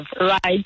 right